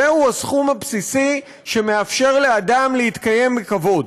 זהו הסכום הבסיסי שמאפשר לאדם להתקיים בכבוד,